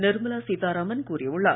நிர்மலா சீத்தாராமன் கூறியுள்ளார்